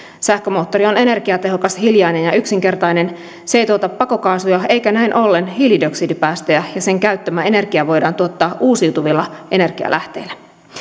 sähkömoottori on energiatehokas hiljainen ja ja yksinkertainen se ei tuota pakokaasuja eikä näin ollen hiilidioksidipäästöjä ja sen käyttämä energia voidaan tuottaa uusiutuvilla energialähteillä